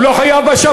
הוא לא היה חייב בשבת,